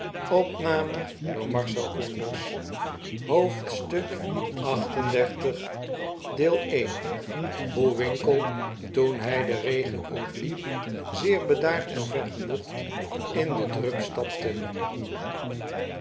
hoofdstuk xxxviii hoe winkle toen hij den regen ontliep zeer bedaard en vergenoegd in den drup stapte